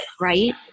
right